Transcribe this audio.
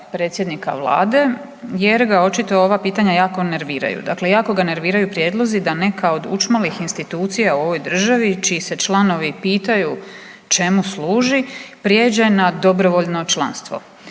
predsjednika Vlade jer ga očito ova pitanja jako nerviraju. Dakle, jako ga nerviraju prijedlozi da neka od učmalih institucija u ovoj državi čiji se članovi pitaju čemu služi prijeđe na dobrovoljno članstvo.